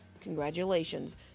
Congratulations